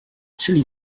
chilli